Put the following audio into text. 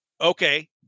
okay